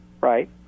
right